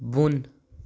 بۄن